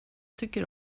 tycker